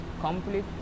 complete